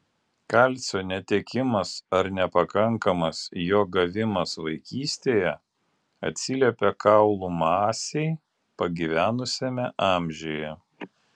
kalcio netekimas ar nepakankamas jo gavimas vaikystėje atsiliepia kaulų masei pagyvenusiame amžiuje